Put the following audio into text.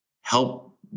help